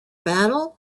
battle